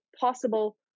possible